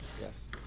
Yes